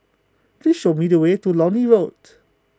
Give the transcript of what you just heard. please show me the way to Lornie roat